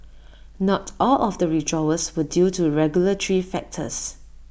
not all of the withdrawals were due to regulatory factors